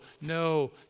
no